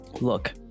look